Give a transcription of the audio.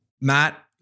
Matt